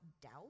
doubt